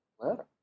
letter